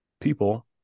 people